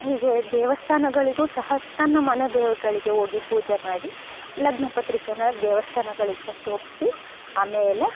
ಹೀಗೆ ದೇವಸ್ಥಾನಗಳಿಗು ಸಹ ತನ್ನ ಮನೆದೇವ್ರುಗಳಿಗೆ ಹೋಗಿ ಪೂಜೆ ಮಾಡಿ ಲಗ್ನಪತ್ರಿಕೆಯನ್ನು ದೇವಸ್ಥಾನಗಳಿಗೆ ಫಸ್ಟ್ ಒಪ್ಸಿ ಆಮೇಲೆ